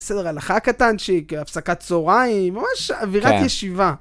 בסדר, ההלכה הקטנצ'יק, הפסקת צהריים, ממש אווירת ישיבה.